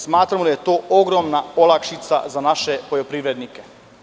Smatramo da je to ogromna olakšica za naše poljoprivrednike.